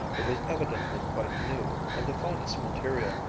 it was evidently quite new, of the finest material,